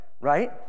right